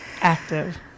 active